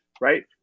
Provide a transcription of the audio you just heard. right